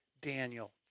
Daniel